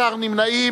נמנעים.